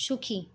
সুখী